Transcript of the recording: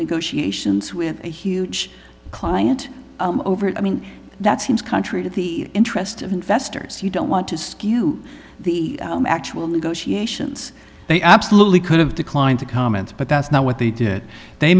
negotiations with huge client over it i mean that seems country to the interest of investors you don't want to skew the actual negotiations they absolutely could have declined to comment but that's not what they did they